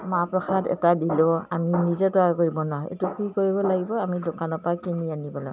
মাহ প্ৰসাদ এটা দিলেও আমি নিজে তৈয়াৰ কৰিব নাোৱাৰোঁ এইটো কি কৰিব লাগিব আমি দোকানৰপৰা কিনি আনিব লাগিব